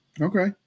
Okay